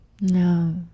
no